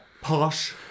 Posh